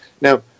Now